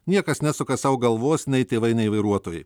niekas nesuka sau galvos nei tėvai nei vairuotojai